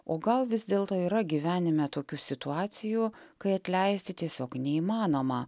o gal vis dėlto yra gyvenime tokių situacijų kai atleisti tiesiog neįmanoma